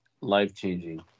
life-changing